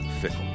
fickle